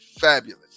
fabulous